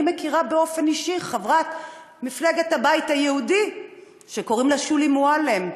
אני מכירה באופן אישי חברת מפלגת הבית היהודי שקוראים לה שולי מועלם.